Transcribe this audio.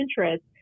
interest